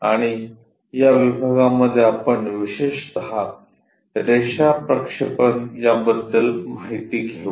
आणि या विभागामध्ये आपण विशेषत रेषा प्रक्षेपण याबद्दल माहिती घेऊ